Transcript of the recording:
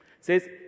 says